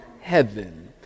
heaven